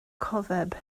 cofeb